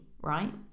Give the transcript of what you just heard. right